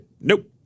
nope